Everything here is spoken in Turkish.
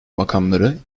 makamları